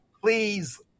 Please